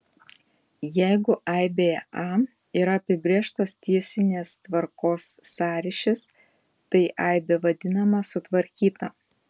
jeigu aibėje a yra apibrėžtas tiesinės tvarkos sąryšis tai aibė vadinama sutvarkyta